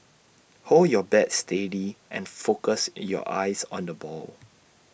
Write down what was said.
hold your bat steady and focus your eyes on the ball